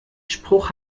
spruch